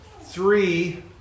three